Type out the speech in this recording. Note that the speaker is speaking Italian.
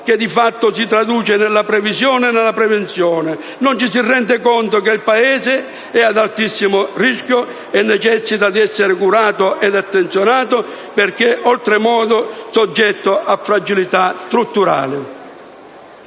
che di fatto si traduce nella previsione e nella prevenzione. Non ci si rende conto che il Paese è ad altissimo rischio e necessita di essere curato ed attenzionato perché è oltremodo soggetto a fragilità strutturali.